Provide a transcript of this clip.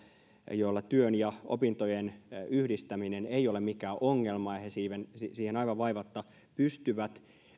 joille työn ja opintojen yhdistäminen ei ole mikään ongelma ja he siihen siihen aivan vaivatta pystyvät